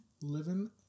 Living